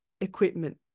equipment